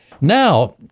now